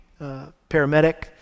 paramedic